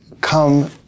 come